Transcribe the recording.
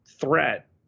threat